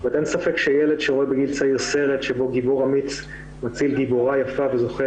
אין ספק שילד שרואה בגיל צעיר סרט שבו גיבור אמיץ מציל גיבורה יפה וזוכה